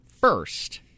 first